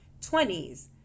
20s